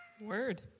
Word